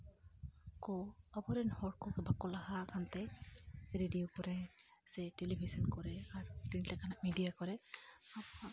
ᱠᱚ ᱟᱵᱚ ᱨᱮᱱ ᱦᱚᱲ ᱠᱚ ᱵᱟᱠᱚ ᱞᱟᱦᱟ ᱟᱠᱟᱱ ᱛᱮ ᱨᱮᱰᱤᱭᱳ ᱠᱚᱨᱮ ᱴᱮᱞᱤᱵᱷᱤᱥᱚᱱ ᱠᱚᱨᱮ ᱟᱨ ᱯᱨᱤᱱᱴ ᱞᱮᱠᱟᱱᱟᱜ ᱢᱤᱰᱤᱭᱟ ᱠᱚᱨᱮ